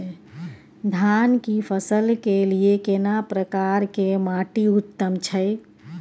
धान की फसल के लिये केना प्रकार के माटी उत्तम छै?